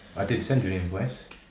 i did send you an invoice.